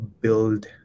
build